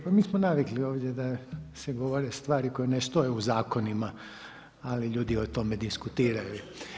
Pa mi smo navikli ovdje da se govore stvari koje ne stoje u zakonima, ali ljudi o tome diskutiraju.